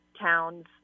towns